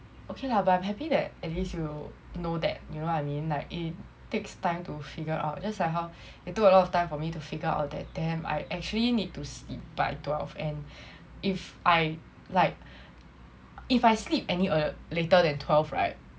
okay lah but I'm happy that at least you know that you know what I mean like it takes time to figure out just like how it took a lot of time for me to figure out that damn I actually need to sleep by twelve and if I like if I sleep any early later than twelve right